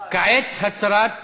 כעת, הצהרת